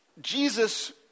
Jesus